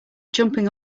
jumping